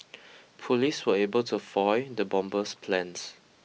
police were able to foil the bomber's plans